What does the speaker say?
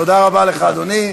תודה רבה לך, אדוני.